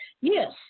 Yes